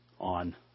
on